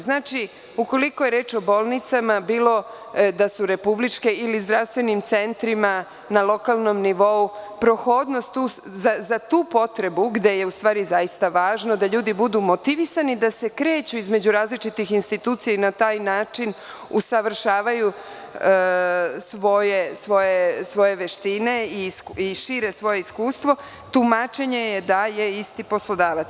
Znači, ukoliko je reč o bolnicama, bilo da su republičke, ili zdravstvenim centrima na lokalnom nivou, prohodnost za tu potrebu, gde je u stvari zaista važno da ljudi budu motivisani, da se kreću između različitih institucija i na taj način usavršavaju svoje veštine i šire svoje iskustvo, tumačenje je da je isti poslodavac.